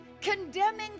condemning